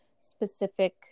specific